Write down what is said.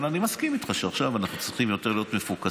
אבל אני מסכים איתך שעכשיו אנחנו צריכים להיות יותר מפוקסים